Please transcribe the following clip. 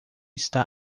está